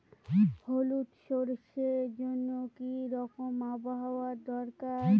হলুদ সরষে জন্য কি রকম আবহাওয়ার দরকার?